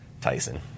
Tyson